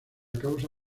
causa